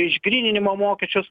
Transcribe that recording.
išgryninimo mokesčius